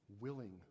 willing